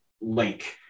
link